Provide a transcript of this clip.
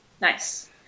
Nice